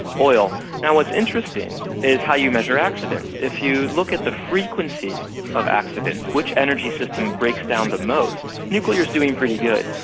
oil. now what's interesting is how you measure accidents. if you look at the frequency of accidents, which energy system breaks down the most? nuclear's doing pretty good.